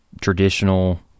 traditional